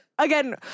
Again